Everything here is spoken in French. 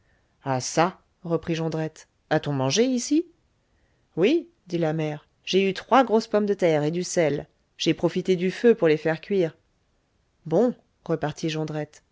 ah çà reprit jondrette a-t-on mangé ici oui dit la mère j'ai eu trois grosses pommes de terre et du sel j'ai profité du feu pour les faire cuire bon repartit